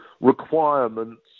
requirements